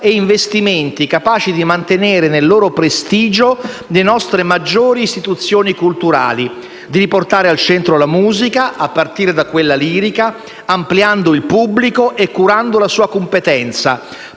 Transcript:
investimenti, capaci di mantenere nel loro prestigio le nostre maggiori istituzioni culturali; di riportare al centro la musica, a partire da quella lirica; ampliando il pubblico e curando la sua competenza;